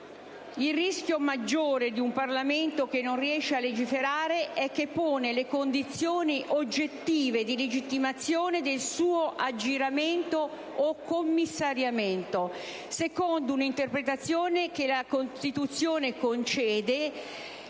Il rischio maggiore di un Parlamento che non riesce a legiferare è che pone le condizioni oggettive di legittimazione del suo aggiramento o commissariamento, secondo un'interpretazione che la Costituzione concede